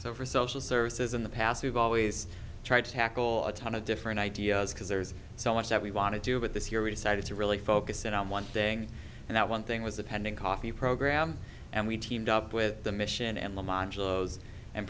so for social services in the past we've always tried to tackle a ton of different ideas because there's so much that we want to do but this year we decided to really focus in on one thing and that one thing was attending coffee program and we teamed up with the mission and